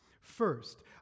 First